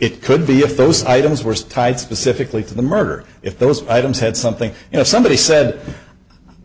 it could be a throws items were tied specifically to the murder if there was items had something you know somebody said